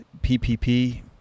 PPP